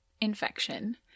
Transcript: infection